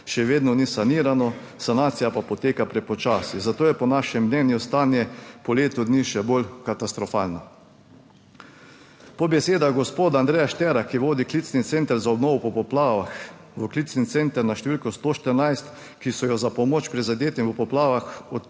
še vedno ni sanirano, sanacija pa poteka prepočasi, zato je po našem mnenju stanje po letu dni še bolj katastrofalno. Po besedah gospoda Andreja Štera, ki vodi klicni center za obnovo po poplavah, v klicni center na številko 114, ki so jo za pomoč prizadetim v poplavah